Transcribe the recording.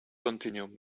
continuum